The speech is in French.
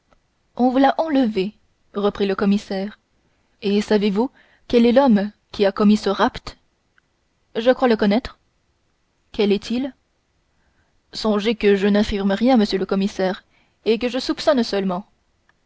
on vous l'a enlevée reprit le commissaire et savez-vous quel est l'homme qui a commis ce rapt je crois le connaître quel est-il songez que je n'affirme rien monsieur le commissaire et que je soupçonne seulement